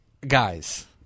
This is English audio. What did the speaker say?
Guys